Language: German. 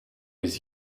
bis